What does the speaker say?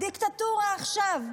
דיקטטורה עכשיו.